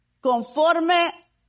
conforme